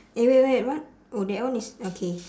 eh wait wait what oh that one is okay